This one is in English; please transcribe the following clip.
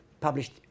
published